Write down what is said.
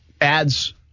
ads